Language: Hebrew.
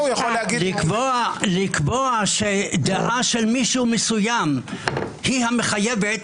לקבוע שדעה של מישהו מסוים היא המחייבת